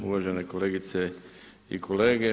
Uvažene kolegice i kolege.